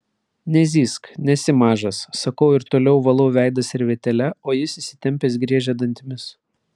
nezyzk nesi mažas sakau ir toliau valau veidą servetėle o jis įsitempęs griežia dantimis